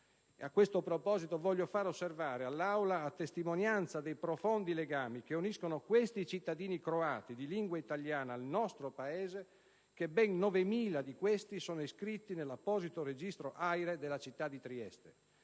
A tal proposito, voglio far osservare all'Aula, a testimonianza dei profondi legami che uniscono questi cittadini croati di lingua italiana al nostro Paese, che ben 9.000 di essi sono iscritti nell'apposito registro AIRE della città di Trieste;